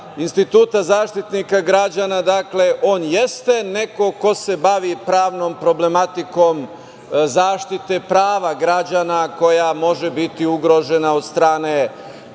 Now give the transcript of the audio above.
instituta Zaštitnika građana, on jeste neko ko se bavi pravnom problematikom zaštite prava građana koja može biti ugrožena od strane